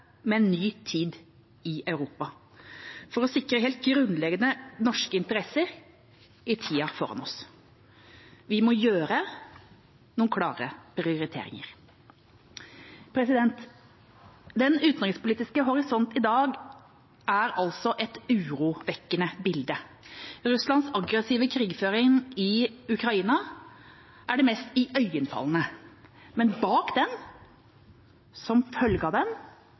med en ny tid i Europa, for å sikre helt grunnleggende norske interesser i tida foran oss. Vi må gjøre noen klare prioriteringer. Den utenrikspolitiske horisont i dag er altså et urovekkende bilde. Russlands aggressive krigføring i Ukraina er det mest iøynefallende, men bak den – som følge av